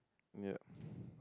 ya